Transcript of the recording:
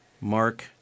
Mark